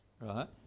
right